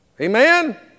Amen